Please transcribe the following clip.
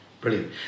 Brilliant